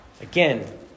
Again